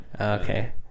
Okay